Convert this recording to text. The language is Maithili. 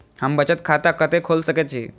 हम बचत खाता कते खोल सके छी?